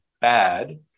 bad